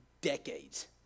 decades